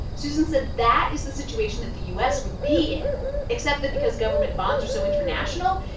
susan said that is the situation that the u s. would be in except that because government bonds are so international,